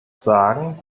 sagen